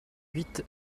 huit